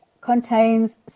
contains